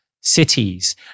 cities